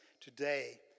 today